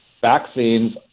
vaccines